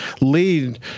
lead